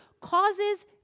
causes